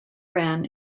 ran